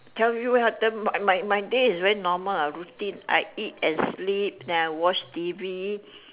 tell you had them my my day is very normal ah routine I eat and sleep then I watch T_V